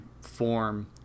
form